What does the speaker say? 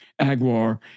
Aguar